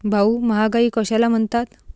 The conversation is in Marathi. भाऊ, महागाई कशाला म्हणतात?